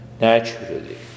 naturally